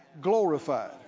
glorified